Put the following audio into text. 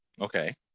Okay